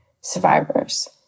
survivors